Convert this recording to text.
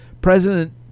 President